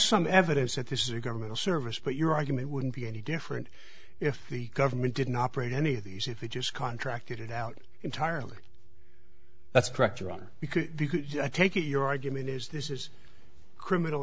some evidence that this is a governmental service but your argument wouldn't be any different if the government didn't operate any of these if it just contracted it out entirely that's correct your honor because i take it your argument is this is a criminal